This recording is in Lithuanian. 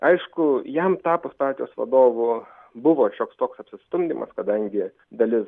aišku jam tapus partijos vadovu buvo šioks toks apsistumdymas kadangi dalis